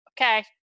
Okay